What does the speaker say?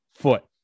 foot